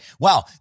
wow